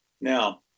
Now